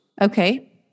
Okay